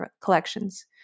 collections